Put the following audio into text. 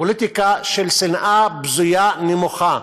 פוליטיקה של שנאה בזויה ונמוכה,